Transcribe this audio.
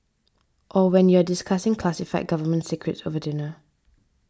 or when you're discussing classified government secrets over dinner